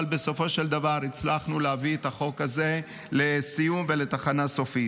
אבל בסופו של דבר הצלחנו להביא את החוק הזה לסיום ולתחנה סופית.